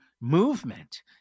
movement